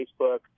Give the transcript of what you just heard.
Facebook